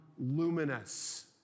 luminous